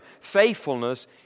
Faithfulness